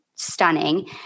stunning